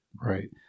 Right